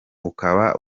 ukaba